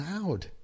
loud